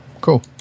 cool